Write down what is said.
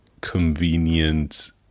convenient